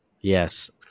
Yes